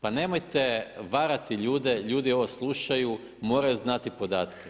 Pa nemojte varati ljude, ljudi ovo slušaju, moraju znati podatke.